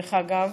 דרך אגב.